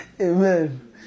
Amen